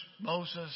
Moses